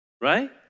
Right